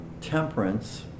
temperance